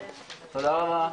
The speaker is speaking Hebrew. להתראות.